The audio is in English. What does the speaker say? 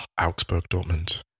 Augsburg-Dortmund